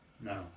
No